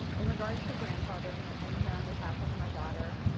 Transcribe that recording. in regards to grandfathering i am here on behalf of my daughter,